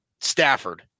Stafford